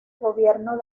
gobierno